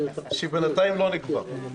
שבינתיים לא נקבע.